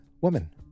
woman